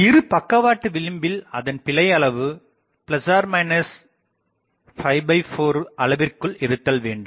இரு பக்கவாட்டு விளிம்பில் அதன் பிழை அளவு 4 அளவிற்குள் இருத்தல் வேண்டும்